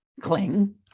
cling